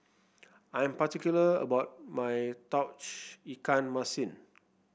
I am particular about my Tauge Ikan Masin